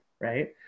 right